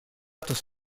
tus